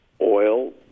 oil